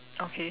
okay